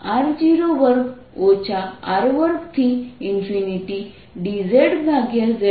જે Wq2R4π0121r02 R2છે